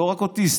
לא רק אוטיסט,